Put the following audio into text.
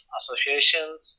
associations